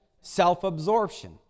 self-absorption